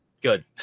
Good